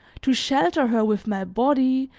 to shelter her with my body,